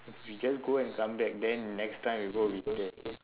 we just go and come back then next time we go we stay